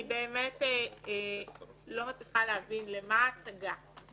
אני באמת לא מצליחה להבין למה ההצגה.